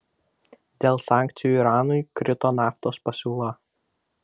dėl sankcijų iranui krito naftos pasiūla